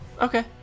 okay